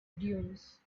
dunes